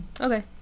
Okay